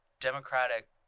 Democratic